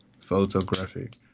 photographic